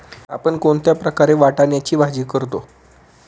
आपण कोणत्या प्रकारे वाटाण्याची भाजी करता?